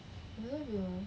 don't know if you